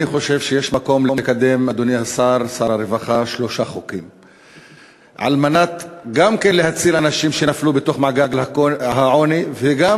אני חושב שעל מנת להציל אנשים שנפלו למעגל העוני וגם